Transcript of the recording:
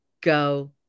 go